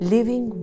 Living